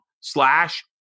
slash